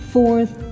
Fourth